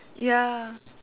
ya